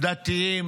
דתיים